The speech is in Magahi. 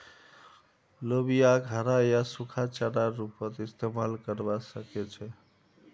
लोबियाक हरा या सूखा चारार रूपत इस्तमाल करवा सके छे